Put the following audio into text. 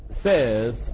says